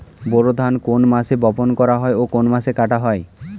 বোরো ধান কোন মাসে বপন করা হয় ও কোন মাসে কাটা হয়?